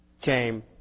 came